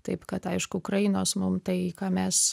taip kad aišku ukrainos mum tai į ką mes